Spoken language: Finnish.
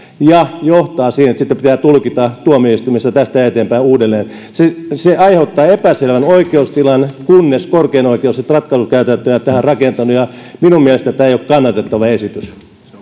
ja johtaa siihen että sitä pitää tulkita tuomioistuimessa tästä eteenpäin uudelleen se se aiheuttaa epäselvän oikeustilan kunnes korkein oikeus on ratkaisukäytäntöä tähän rakentanut ja minun mielestäni tämä ei ole kannatettava esitys